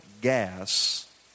gas